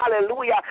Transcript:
Hallelujah